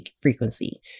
frequency